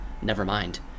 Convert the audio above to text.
Nevermind